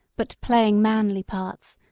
but playing manly parts,